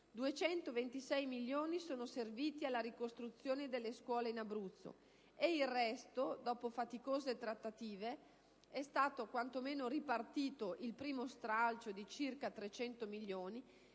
226 milioni sono serviti alla ricostruzione delle scuole in Abruzzo e, del resto, dopo faticose trattative, è stato quantomeno ripartito il primo stralcio, di circa 300 milioni,